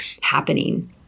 happening